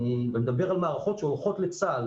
ואני מדבר על מערכות שהולכות לצה"ל,